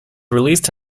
released